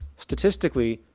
statistically,